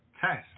test